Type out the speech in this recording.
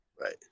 Right